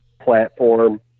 platform